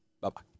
Bye-bye